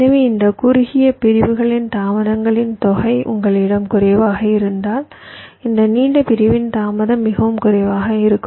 எனவே இந்த குறுகிய பிரிவுகளின் தாமதங்களின் தொகை உங்களிடம் குறைவாக இருந்தால் இந்த நீண்ட பிரிவின் தாமதம் மிகவும் குறைவாக இருக்கும்